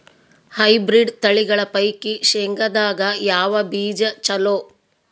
Hybrid ತಳಿಗಳ ಪೈಕಿ ಶೇಂಗದಾಗ ಯಾವ ಬೀಜ ಚಲೋ?